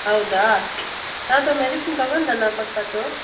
ಹೌದಾ ಯಾವುದೋ ಮೆಡಿಸಿನ್ ತಗೊಂಡ್ರಾ ನಾ ಕೊಟ್ಟಿದ್ದು